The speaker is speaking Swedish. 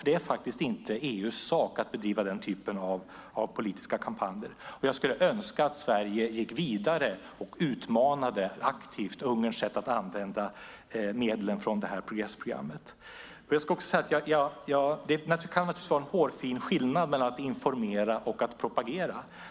Det är inte EU:s sak att bedriva den typen av politiska kampanjer. Jag skulle önska att Sverige gick vidare och aktivt utmanade Ungerns sätt att använda medlen från ett EU-program. Det kan vara en hårfin skillnad mellan att informera och att propagera.